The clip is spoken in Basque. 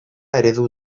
eredu